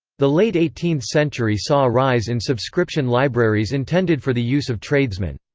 the late eighteenth century saw a rise in subscription libraries intended for the use of tradesmen.